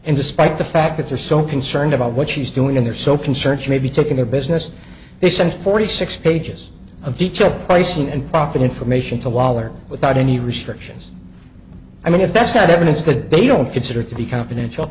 and despite the fact that they're so concerned about what she's doing and they're so concerned she maybe took their business they sent forty six pages of detail pricing and profit information to woller without any restrictions i mean if that's not evidence that they don't consider to be confidential